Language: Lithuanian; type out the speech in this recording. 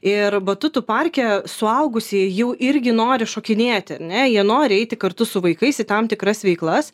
ir batutų parke suaugusieji jau irgi nori šokinėti ar ne jie nori eiti kartu su vaikais į tam tikras veiklas